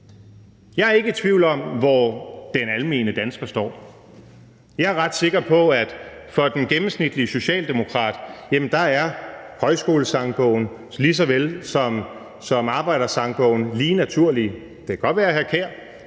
Jeg er ikke i tvivl om, hvor den almene dansker står. Jeg er ret sikker på, at for den gennemsnitlige socialdemokrat er Højskolesangbogen og Arbejdersangbogen lige naturlige. Det kan godt være, at hr.